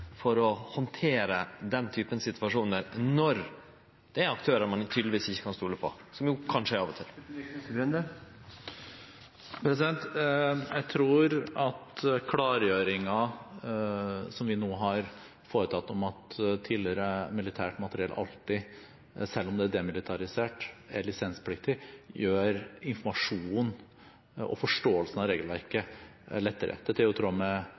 for å handtere denne typen situasjonar, når det er aktørar ein tydelegvis ikkje kan stole på, som det jo kanskje er av og til? Jeg tror at klargjøringen som vi nå har foretatt – om at tidligere militært materiell alltid, selv om det er demilitarisert, er lisenspliktig – gjør informasjonen om og forståelsen av regelverket